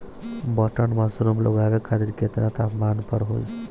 Button mushroom उगावे खातिर केतना तापमान पर होई?